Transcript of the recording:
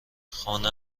خانه